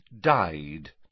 died